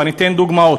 ואני אתן דוגמאות.